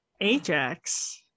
Ajax